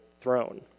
throne